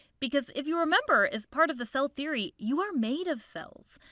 because if you remember, as part of the cell theory, you are made of cells.